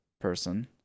person